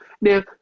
Now